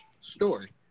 Story